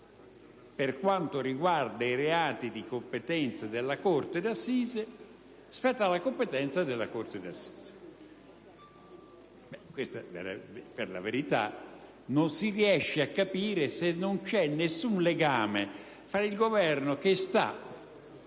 per quanto riguarda i reati di competenza della corte d'assise spetta alla competenza della corte d'assise. In verità non si riesce a capire se ci sia un qualche legame tra il Governo che è